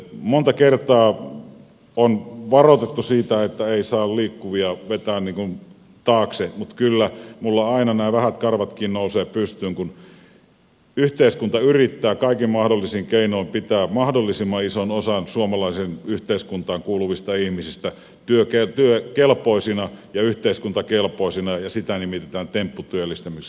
monta kertaa on varoitettu siitä että ei saa liikkuvia vetää taakse mutta kyllä minulla aina nämä vähätkin karvat nousevat pystyyn kun yhteiskunta yrittää kaikin mahdollisin keinoin pitää mahdollisimman ison osan suomalaiseen yhteiskuntaan kuuluvista ihmisistä työkelpoisina ja yhteiskuntakelpoisina ja sitä nimitetään tempputyöllistämiseksi